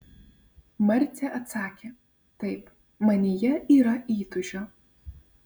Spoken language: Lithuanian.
marcė atsakė taip manyje yra įtūžio